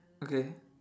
okay